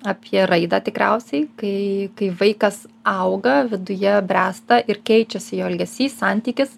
apie raidą tikriausiai kai kai vaikas auga viduje bręsta ir keičiasi jo elgesys santykis